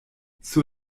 sur